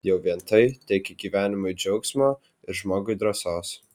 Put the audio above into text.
jau vien tai teikia gyvenimui džiaugsmo ir žmogui drąsos